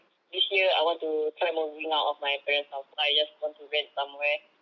this year I want to try moving out of my parent's house so I just want to rent somewhere